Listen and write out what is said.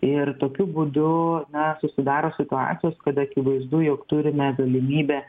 ir tokiu būdu na susidaro situacijos kada akivaizdu jog turime galimybę